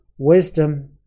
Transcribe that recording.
Wisdom